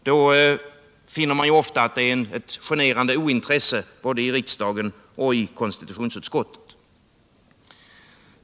Då finner man ofta ett generande ointresse både i riksdagen och i konstitutionsutskottet.